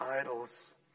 idols